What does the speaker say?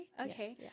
okay